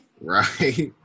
Right